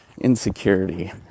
insecurity